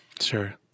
Sure